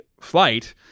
flight